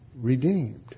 redeemed